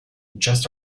just